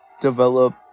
develop